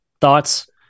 thoughts